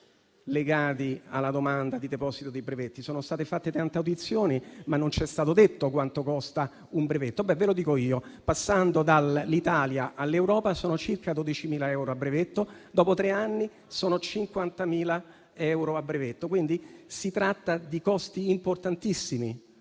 legati alla domanda di deposito dei brevetti. Sono state fatte tante audizioni, ma non ci è stato detto quanto costa un brevetto. Ve lo dico io: passando dall'Italia all'Europa, sono circa 12.000 euro a brevetto, dopo tre anni sono 50.000. Si tratta di costi importantissimi,